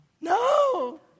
No